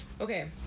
Okay